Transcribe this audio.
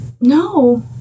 No